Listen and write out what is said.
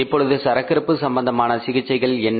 இப்பொழுது சரக்கிருப்பு சம்பந்தமான சிகிச்சைகள் என்ன